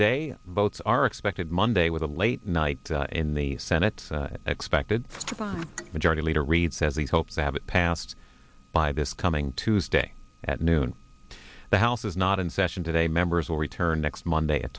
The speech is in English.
day votes are expected monday with a late night in the senate expected by majority leader reid says they hope to have it passed by this coming tuesday at noon the house is not in session today members will return next monday at